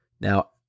Now